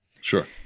Sure